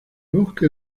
bosque